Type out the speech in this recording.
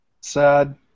Sad